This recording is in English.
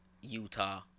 Utah